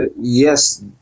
yes